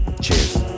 cheers